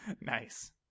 Nice